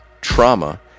trauma